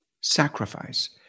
Sacrifice